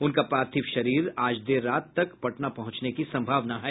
उनका पार्थिव शरीर आज देर रात तक पटना पहुंचने की सम्भावना है